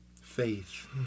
faith